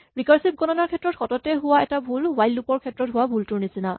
recursive গণনাৰ ক্ষেত্ৰত সততে হোৱা এটা ভুল হুৱাইল লুপ ৰ ক্ষেত্ৰত হোৱা ভুলটোৰ নিচিনা